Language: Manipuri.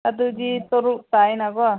ꯑꯗꯨꯗꯤ ꯇꯔꯨꯛ ꯇꯥꯏꯅ ꯀꯣ